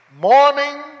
Morning